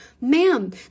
ma'am